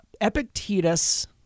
Epictetus